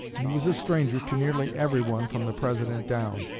and he was a stranger to nearly everyone from the president down.